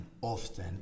often